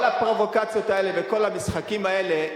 כל הפרובוקציות האלה וכל המשחקים האלה,